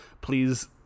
please